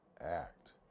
act